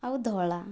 ଆଉ ଧଳା